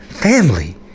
family